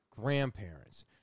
grandparents